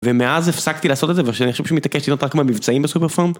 ומאז הפסקתי לעשות את זה ואני חושב שמתעקש לראות רק מה המבצעים בסופר פארם.